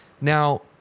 now